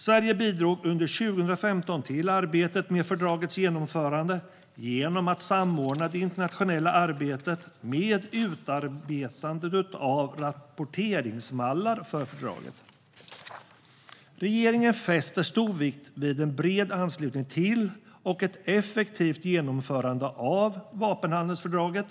Sverige bidrog under 2015 till arbetet med fördragets genomförande genom att samordna det internationella arbetet med utarbetandet av rapporteringsmallar för fördraget. Regeringen fäster stor vikt vid en bred anslutning till och ett effektivt genomförande av vapenhandelsfördraget.